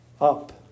up